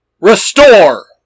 Restore